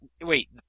Wait